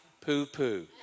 poo-poo